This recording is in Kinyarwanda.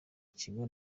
ikigo